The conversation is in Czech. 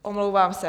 Omlouvám se.